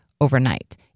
overnight